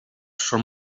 són